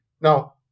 now